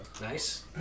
Nice